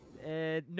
No